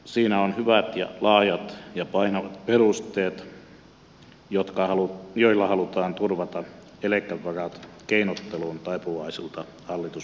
siinä on hyvät laajat ja painavat perusteet joilla halutaan turvata eläkevarat keinotteluun taipuvaisilta hallituspuolueilta